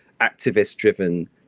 activist-driven